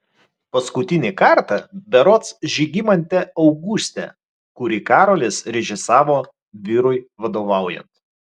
paskutinį kartą berods žygimante auguste kurį karolis režisavo vyrui vadovaujant